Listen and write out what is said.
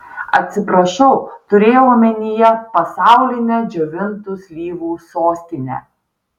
atsiprašau turėjau omenyje pasaulinę džiovintų slyvų sostinę